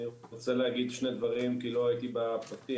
אני רוצה להגיד שני דברים, כי לא הייתי בפתיח.